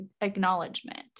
acknowledgement